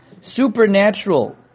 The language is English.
supernatural